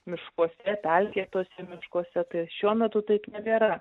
miškuose pelkėtuose miškuose tai šiuo metu taip nebėra